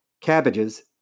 cabbages